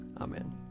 amen